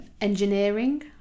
engineering